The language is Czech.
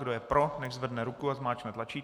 Kdo je pro, nechť zvedne ruku a zmáčkne tlačítko.